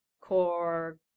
core